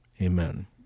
Amen